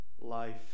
life